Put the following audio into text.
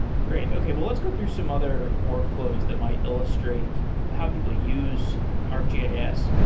great. okay. well, let's go through some other workflows that might illustrate how people use arcgis.